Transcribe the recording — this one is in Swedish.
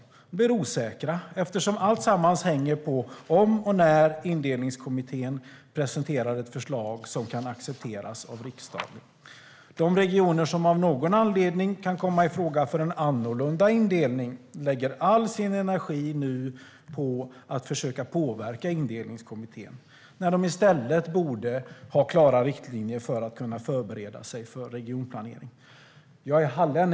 De blir osäkra, eftersom alltsammans hänger på om och när Indelningskommittén presenterar ett förslag som kan accepteras av riksdagen. De regioner som av någon anledning kan komma i fråga för en annorlunda indelning lägger nu all sin energi på att försöka påverka Indelningskommittén när de i stället borde ha klara riktlinjer för att kunna förbereda sig för regionplanering. Herr talman!